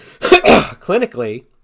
clinically